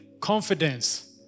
confidence